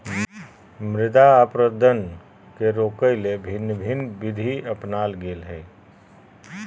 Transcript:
मृदा अपरदन के रोकय ले भिन्न भिन्न विधि अपनाल गेल हइ